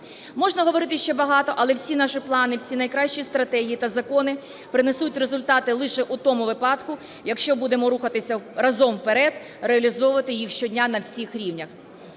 Можна говорити ще багато, але всі наші плани, всі найкращі стратегії та закони принесуть результати лише в тому випадку, якщо будемо рухатися разом вперед, реалізовувати їх щодня на всіх рівнях.